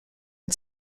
and